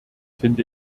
finde